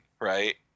right